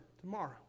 tomorrow